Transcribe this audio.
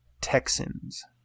Texans